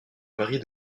marie